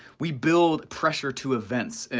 we build pressure to events.